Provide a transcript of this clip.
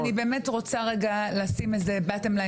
אני באמת רוצה רגע לשים איזה bottom line